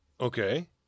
Okay